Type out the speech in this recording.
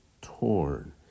torn